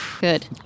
good